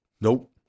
nope